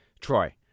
Troy